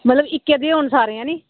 मतलब इक्कै देह् होन सारे हैन्नी